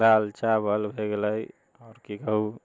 दालि चावल भए गेलै आओर की कहु